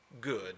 good